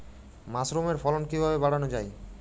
মাসরুমের ফলন কিভাবে বাড়ানো যায়?